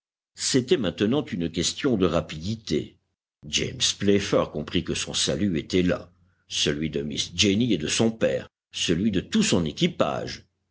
c'était maintenant une question de rapidité james playfair comprit que son salut était là celui de miss jenny et de son père celui de tout son équipage